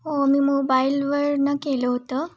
हो मी मोबाईलवरनं केलं होतं